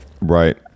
Right